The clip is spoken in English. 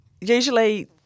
usually